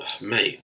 mate